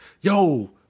Yo